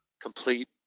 complete